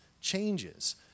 changes